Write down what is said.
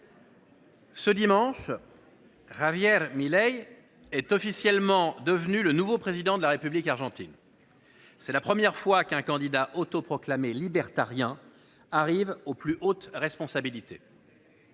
ce dimanche, Javier Milei est officiellement devenu le nouveau président de la République argentine. C’est la première fois qu’un candidat autoproclamé « libertarien » arrive aux plus hautes responsabilités.